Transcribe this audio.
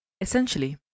Essentially